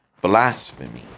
blasphemy